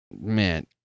man